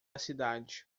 cidade